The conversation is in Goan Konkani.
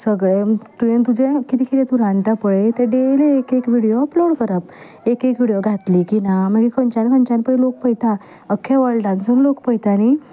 तुवें तुजें कितें कितें तूं रांदता पळय तें डेली एक एक विडियो अपलोड करप एक एक विडियो घातली की ना मागीर खंनच्यान खंनच्यान पळय लोक पळयता अख्खे वर्ल्डासून लोक पयता न्हय